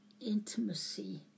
intimacy